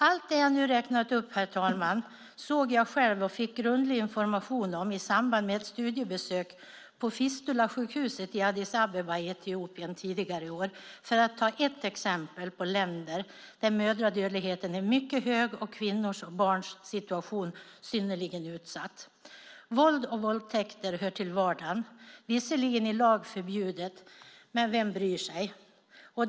Allt det jag nu har räknat upp, herr talman, såg jag själv och fick grundlig information om i samband med ett studiebesök på Fistulasjukhuset i Addis Abeba i Etiopien tidigare i år. Det är ett exempel på ett land där mödradödligheten är mycket hög och kvinnors och barns situation synnerligen utsatt. Våld och våldtäkter hör till vardagen. Det är visserligen i lag förbjudet, men vem bryr sig.